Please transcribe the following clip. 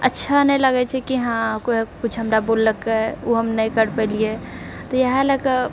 अच्छा नहि लागैत छै कि हाँ कोइ कुछ हमरा बोललकय या हम नहि करि पेलियै तऽ इएहे लैकऽ